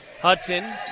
Hudson